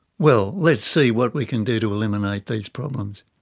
well, let's see what we can do eliminate these problems.